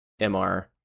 MR